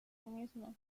misma